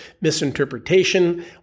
misinterpretation